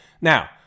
Now